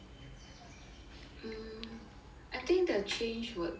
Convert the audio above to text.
hmm I think the change would be